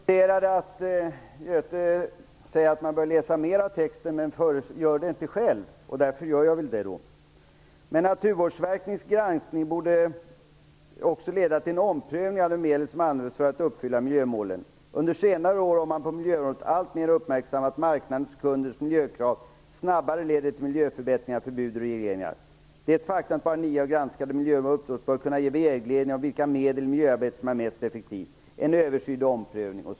Herr talman! Jag noterade att Göte Jonsson sade att man bör läsa hela texten, men han gör det inte själv. Därför gör jag det: "Men Naturvårdsverkets granskning borde också leda till en omprövning av de medel som används för att uppfylla miljömålen. Under senare år har man på miljöområdet alltmer uppmärksammat att marknadens och kundernas miljökrav snabbare leder till miljöförbättringar än förbud och regleringar. Det faktum att bara ett av nio granskade miljömål uppnåtts bör kunna ge vägledning om vilka medel i miljöarbetet som är mest effektiva. En översyn och omprövning -."